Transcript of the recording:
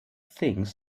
things